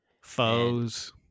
Foes